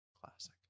Classic